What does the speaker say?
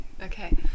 okay